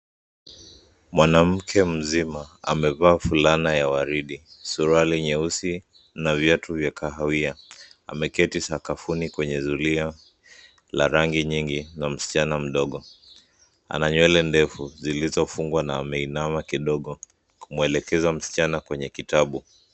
Mwanamke mzima amevaa fulana ya waridi, suruali nyeusi na viatu vya kahawia, ameketi sakafuni kwenye zulia la rangi nyingi na msichana mdogo. Ana nywele ndefu zilizofungwa na ameinama kidogo kumwelekeza msichana kwenye kitabu.